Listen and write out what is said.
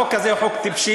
החוק הזה הוא חוק טיפשי,